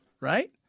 right